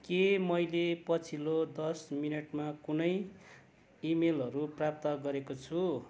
के मैले पछिल्लो दस मिनटमा कुनै इमेलहरू प्राप्त गरेको छु